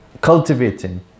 cultivating